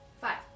Five